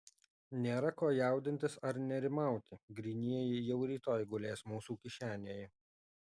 nėra ko jaudintis ar nerimauti grynieji jau rytoj gulės mūsų kišenėje